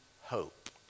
hope